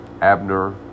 Abner